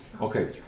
Okay